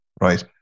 right